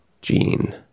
gene